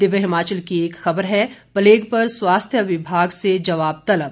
दिव्य हिमाचल की एक खबर है प्लेग पर स्वास्थ्य विभाग से जवाब तलब